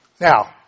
Now